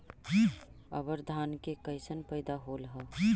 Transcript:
अबर धान के कैसन पैदा होल हा?